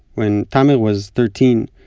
when tamer was thirteen,